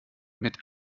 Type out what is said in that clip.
mit